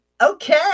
okay